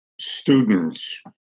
students